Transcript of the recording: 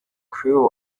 crew